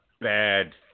bad